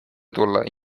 tulla